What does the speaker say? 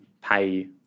pay